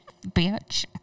Bitch